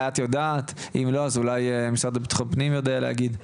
או המשרד לבטחון פנים יודע להגיד.